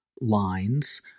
lines